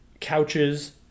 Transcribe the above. couches